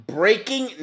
breaking